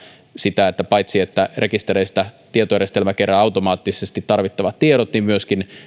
sitä että paitsi rekistereistä tietojärjestelmä kerää automaattisesti tarvittavat tiedot myöskin